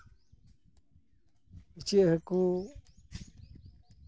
ᱤᱪᱟᱹᱜ ᱦᱟᱠᱩ